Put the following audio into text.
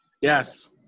Yes